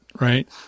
Right